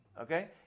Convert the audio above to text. Okay